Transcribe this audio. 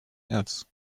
else